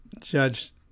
Judge